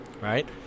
Right